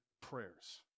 prayers